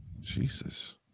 Jesus